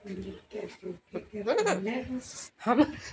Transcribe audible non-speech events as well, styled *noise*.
*unintelligible*